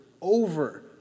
over